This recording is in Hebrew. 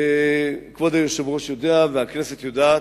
כבוד היושב-ראש יודע, והכנסת יודעת,